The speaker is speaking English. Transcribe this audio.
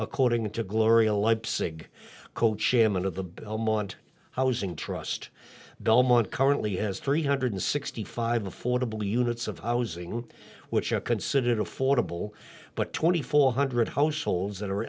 according to gloria leipzig cochairman of the belmont housing trust belmont currently has three hundred sixty five affordable units of housing which are considered affordable but twenty four hundred households that are